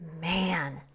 man